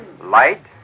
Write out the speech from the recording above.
light